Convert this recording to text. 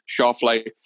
Shoffley